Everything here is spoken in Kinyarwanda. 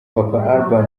urban